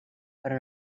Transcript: però